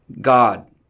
God